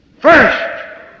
first